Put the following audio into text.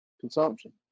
consumption